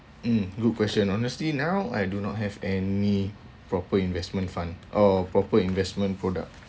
mm good question honestly now I do not have any proper investment fund or proper investment product